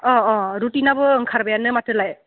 अ अ रुटिनआबो ओंखारबायानो माथोलाय